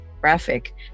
graphic